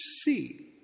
see